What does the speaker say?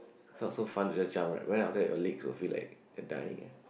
felt so fun to just jump right went up there your legs will feel like like dying